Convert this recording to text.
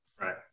Right